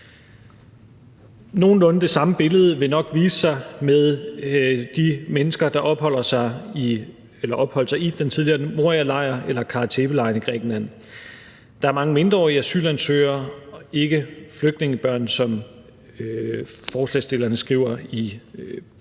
Nogenlunde det samme billede vil nok vise sig med de mennesker, der opholdt sig i den tidligere Morialejr eller Kara Tepe-lejren i Grækenland. Der er mange mindreårige asylansøgere, ikke flygtningebørn, som forslagsstillerne skriver i